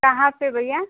कहाँ से भैया